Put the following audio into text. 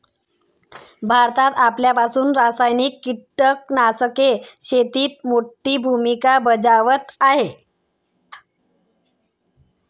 भारतात आल्यापासून रासायनिक कीटकनाशके शेतीत मोठी भूमिका बजावत आहेत